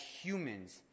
humans